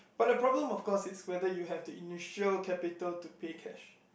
but the problem of course is whether you have the initial capital to pay cash